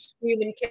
human